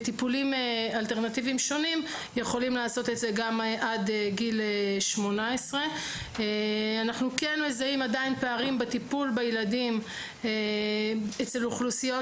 טיפולים אלטרנטיביים שונים יכולים לעשות את זה גם עד גיל 18. אנחנו כן מזהים עדיין פערים בטיפול בילדים אצל אוכלוסיות,